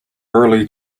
early